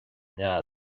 nead